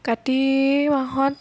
কাতি মাহত